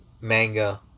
manga